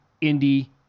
Indy